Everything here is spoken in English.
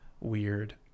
weird